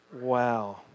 Wow